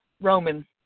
Roman